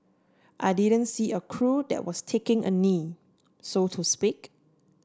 I didn't see a crew that was taking a knee so to speak